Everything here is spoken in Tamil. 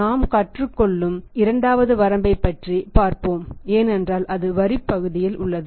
நாம் கற்றுக் கொள்ளும் இரண்டாவது வரம்பை பற்றி பார்ப்போம் ஏனென்றால் அது வரிப் பகுதியில் உள்ளது